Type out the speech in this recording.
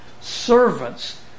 Servants